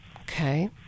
Okay